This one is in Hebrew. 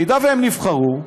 אם הם נבחרו,